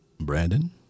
Brandon